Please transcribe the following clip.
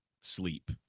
sleep